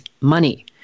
money